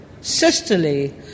sisterly